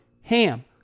HAM